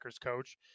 coach